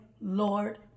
Lord